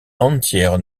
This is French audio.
entière